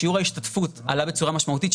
שיעור ההשתתפות עלה בצורה משמעותית,